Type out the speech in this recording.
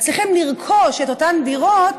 מצליחים לרכוש את אותן הדירות,